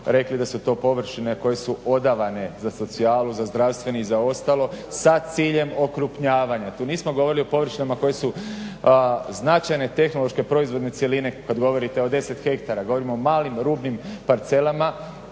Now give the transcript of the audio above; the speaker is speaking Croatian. rekli da su to površine koje su odavane za socijalu, za zdravstveni i za ostalo sa ciljem okrupnjavanja. Tu nismo govorili o površinama koje su značajne, tehnološke, proizvodne cjeline kad govorite o 10 ha. Govorimo o malim, rubnim parcelama